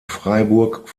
freiburg